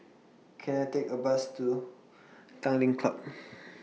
Can I Take A Bus to Tanglin Club